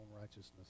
righteousness